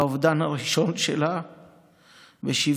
והאובדן הראשון שלה ב-1972,